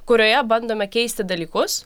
kurioje bandome keisti dalykus